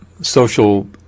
social